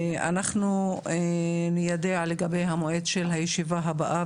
אנחנו ניידע לגבי המועד של הישיבה הבאה,